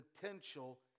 potential